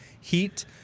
heat